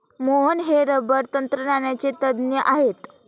मोहन हे रबर तंत्रज्ञानाचे तज्ज्ञ आहेत